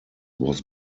was